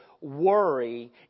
worry